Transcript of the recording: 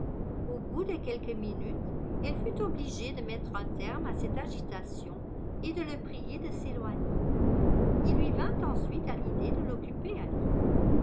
au bout de quelques minutes elle fut obligée de mettre un terme à cette agitation et de le prier de s'éloigner il lui vint ensuite à l'idée de l'occuper à lire